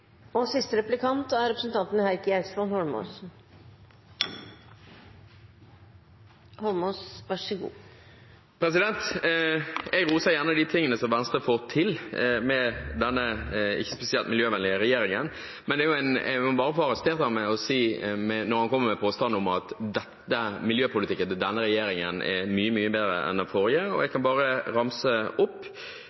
Jeg roser gjerne det Venstre får til med denne ikke spesielt miljøvennlige regjeringen, men jeg må bare arrestere Raja når han kommer med påstanden om at miljøpolitikken til denne regjeringen er mye, mye bedre enn den forrige. Jeg kan bare ramse opp: